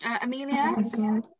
Amelia